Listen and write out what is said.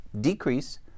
decrease